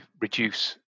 reduce